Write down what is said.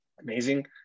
amazing